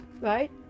right